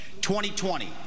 2020